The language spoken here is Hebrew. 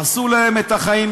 הרסו להם את החיים,